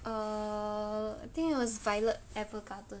err I think it was violet evergarden